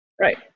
right